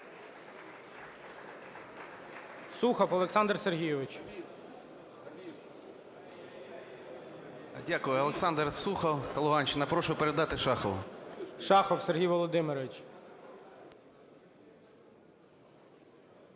Дякую. Олександр Сухов, Луганщина. Прошу передати Шахову.